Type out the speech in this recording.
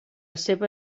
seva